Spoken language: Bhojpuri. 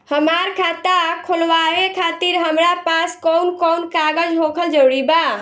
हमार खाता खोलवावे खातिर हमरा पास कऊन कऊन कागज होखल जरूरी बा?